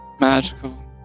magical